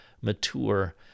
Mature